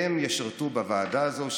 הם ישרתו בוועדה הזאת.